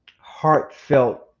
Heartfelt